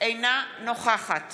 אינה נוכחת